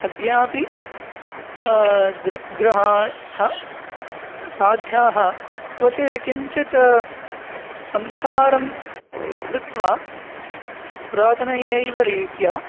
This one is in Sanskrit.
अद्यापि दृक् ग्रहाः साध्याः क्वच् किञ्चित् संस्कारं कृत्वा पुरातनयैवरीत्या